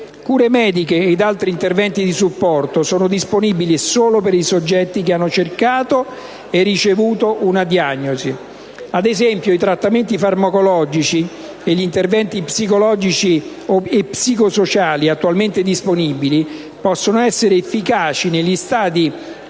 Cure mediche e altri interventi di supporto sono disponibili solo per i soggetti che hanno cercato e ricevuto una diagnosi. Ad esempio, i trattamenti farmacologici e gli interventi psicologici e psicosociali attualmente disponibili possono essere efficaci, negli stadi